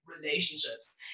relationships